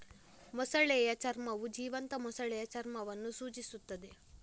ಮೊಸಳೆಯ ಚರ್ಮವು ಜೀವಂತ ಮೊಸಳೆಯ ಚರ್ಮವನ್ನು ಸೂಚಿಸುತ್ತದೆ